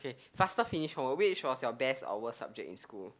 faster finish oh which was your best or worst subject in school